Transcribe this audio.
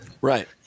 Right